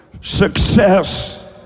success